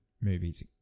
movies